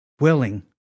Willing